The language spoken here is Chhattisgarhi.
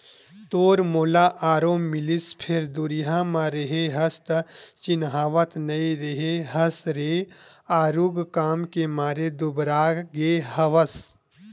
तोर मोला आरो मिलिस फेर दुरिहा म रेहे हस त चिन्हावत नइ रेहे हस रे आरुग काम के मारे दुबरागे हवस